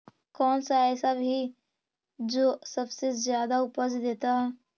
कौन सा ऐसा भी जो सबसे ज्यादा उपज देता है?